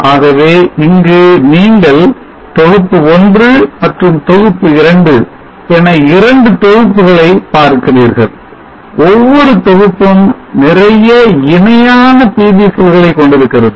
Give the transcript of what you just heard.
ஆகவே இங்கு நீங்கள் தொகுப்பு 1 மற்றும் தொகுப்பு 2 என இரண்டு தொகுப்புகளை பார்க்கிறீர்கள் ஒவ்வொரு தொகுப்பும் நிறைய இணையான PV செல்களை கொண்டிருக்கிறது